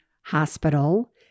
Hospital